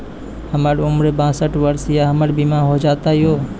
हमर उम्र बासठ वर्ष या हमर बीमा हो जाता यो?